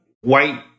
white